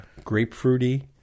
grapefruity